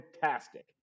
fantastic